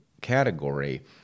category